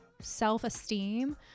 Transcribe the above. self-esteem